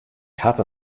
hat